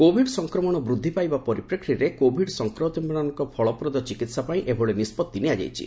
Covid ସଂକ୍ରମଣ ବୂଦ୍ଧି ପାଇବା ପରିପ୍ରେକ୍ଷୀରେ କୋଭିଡ୍ ସଂକ୍ରମିତମାନଙ୍କ ଫଳପ୍ରଦ ଚିକିହାପାଇଁ ଏଭଳି ନିଷ୍ପଭି ନିଆଯାଇଛି